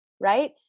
Right